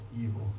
evil